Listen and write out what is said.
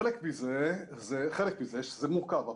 חלק מזה שזה מורכב,